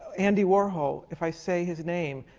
andy warhol, if i say his name,